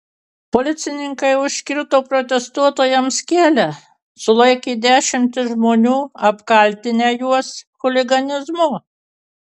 policininkai užkirto protestuotojams kelią sulaikė dešimtis žmonių apkaltinę juos chuliganizmu